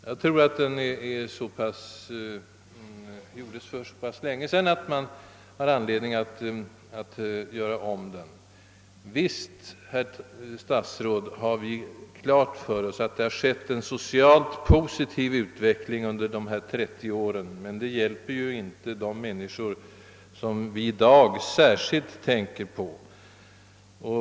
Den gjordes för så pass länge sedan att det finns anledning att göra om den. Visst har vi klart för oss, herr statsråd, att det har skett en socialt positiv utveckling sedan 1930-talet men detta faktum hjälper ju inte de människor som vi i dag särskilt tänker på.